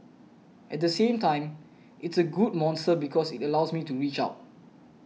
at the same time it's a good monster because it allows me to reach out